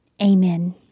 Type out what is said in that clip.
amen